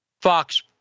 Fox